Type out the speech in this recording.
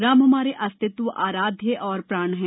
राम हमारे अस्तित्व आराध्य और प्राण हैं